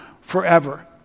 forever